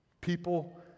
people